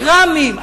ר"מים,